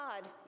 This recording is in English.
God